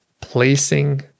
placing